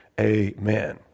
amen